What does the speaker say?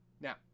Now